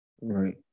Right